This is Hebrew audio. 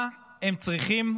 מה הם צריכים